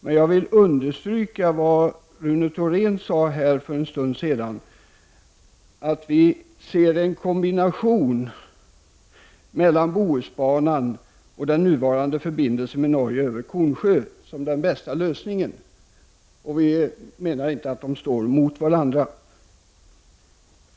Men jag vill understryka vad Rune Thorén sade här för en stund sedan, nämligen att vi ser en kombination mellan Bohusbanan och den nuvarande förbindelsen med Norge över Kornsjö som den bästa lösningen. Vi menar inte att dessa banor står mot varandra.